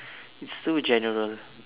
it's too general